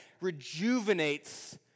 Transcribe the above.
rejuvenates